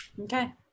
Okay